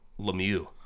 Lemieux